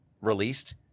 released